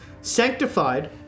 sanctified